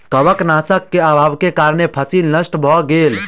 कवकनाशक के अभावक कारणें फसील नष्ट भअ गेल